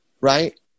right